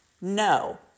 No